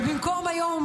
והיום,